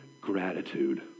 gratitude